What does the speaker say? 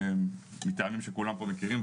מטעמים שכולם כבר מכירים,